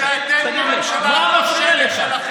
תגיד לי, מה מפריע לך?